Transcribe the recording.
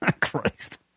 Christ